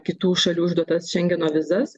kitų šalių išduotas šengeno vizas